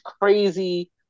crazy